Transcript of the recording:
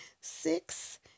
six